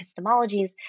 epistemologies